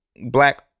black